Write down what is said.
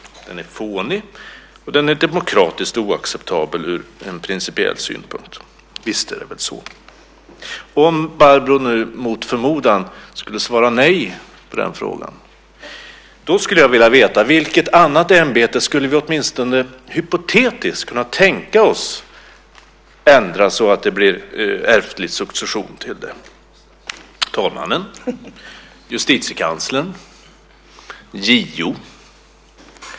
Den är fånig, och den är ur principiell synpunkt demokratiskt oacceptabel. Visst är det väl så? Om Barbro mot förmodan svarar nej på den frågan skulle jag i så fall vilja veta vilket annat ämbete vi - åtminstone hypotetiskt - kunde tänka oss att ändra så att det blev ärftlig succession till det. Talmannen? Justitiekanslern? JO?